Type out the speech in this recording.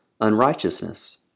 unrighteousness